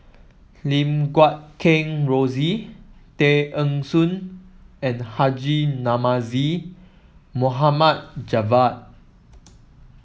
Lim Guat Kheng Rosie Tay Eng Soon and Haji Namazie Mohd Javad